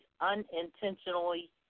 unintentionally